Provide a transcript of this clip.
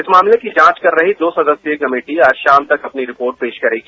इस मामले की जांच कर रही दो सदस्यीय कमेटी आज शाम तक अपनी रिपोर्ट पेश करेगी